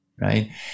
Right